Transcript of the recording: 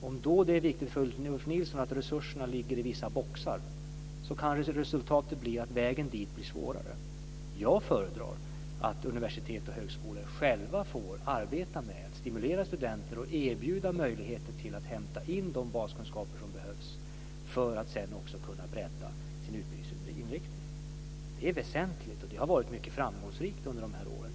Om det då är viktigt för Ulf Nilsson att resurserna ligger i vissa boxar kan resultatet bli att vägen dit blir svårare. Jag föredrar att universitet och högskolor själva får arbeta med att stimulera studenter och erbjuda möjligheter att hämta in de baskunskaper som behövs för att sedan också kunna bredda sin utbildningsinriktning. Det är väsentligt. Det har också varit mycket framgångsrikt under de här åren.